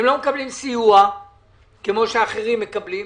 ה לא מקבלים סיוע כמו שאחרים מקבלים,